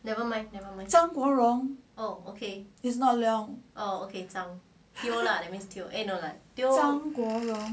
zhang guo rong oh okay it's not leong zhang guo rong